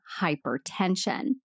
hypertension